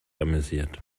amüsiert